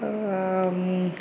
अ